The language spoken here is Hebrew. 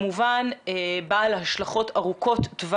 וכמובן טיפול ומודעות,